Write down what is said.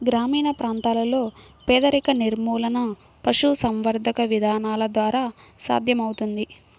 గ్రామీణ ప్రాంతాలలో పేదరిక నిర్మూలన పశుసంవర్ధక విధానాల ద్వారా సాధ్యమవుతుంది